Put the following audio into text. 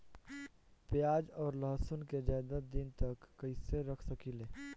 प्याज और लहसुन के ज्यादा दिन तक कइसे रख सकिले?